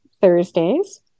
Thursdays